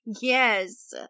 Yes